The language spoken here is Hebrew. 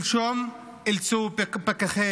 שלשום אילצו פקחי